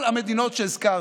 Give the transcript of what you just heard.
כל המדינות שהזכרתי,